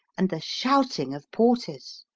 and the shouting of porters.